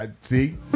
See